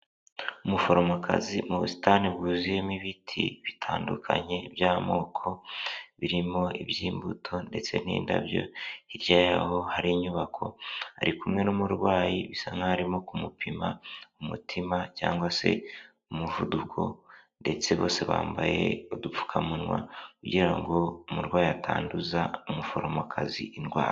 Umuforomokazi mu busitani bwuzuyemo ibiti bitandukanye by'amoko birimo iby'imbuto ndetse n'indabyo. Hirya yaho hari inyubako. Arikumwe n'umurwayi bisa nkaho arimo kumupima umutima cyangwa se umuvuduko, ndetse bose bambaye udupfukamunwa kugira ngo umurwayi atanduza umuforomokazi indwara.